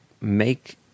make